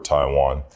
Taiwan